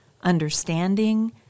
understanding